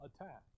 attack